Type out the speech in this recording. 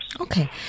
Okay